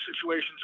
situations